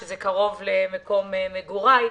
שזה קרוב למקום מגוריי.